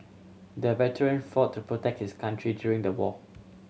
the veteran fought to protect his country during the war